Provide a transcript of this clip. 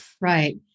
Right